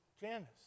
Janice